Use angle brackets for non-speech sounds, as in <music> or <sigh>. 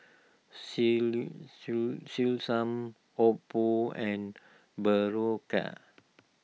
<unintelligible> Selsun Oppo and Berocca